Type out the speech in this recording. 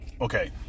okay